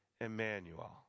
Emmanuel